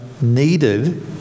needed